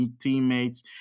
teammates